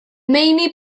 meini